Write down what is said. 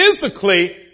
physically